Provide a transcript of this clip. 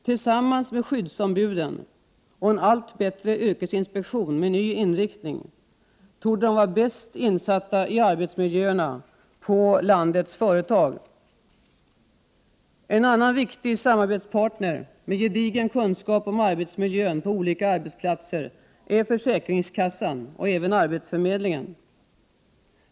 Tillsammans med skyddsombuden och en allt bättre yrkesinspektion med ny inriktning torde företagshälsovårdscentralerna vara bäst insatta i arbetsmiljöerna på landets företag. En annan viktig samarbetspartner med gedigen kunskap om arbetsmiljön på olika arbetsplatser är försäkringskassan och även arbetsförmedlingen.